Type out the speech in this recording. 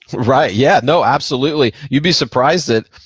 right? yeah, no, absolutely. you'd be surprised at,